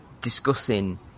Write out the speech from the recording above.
discussing